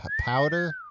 powder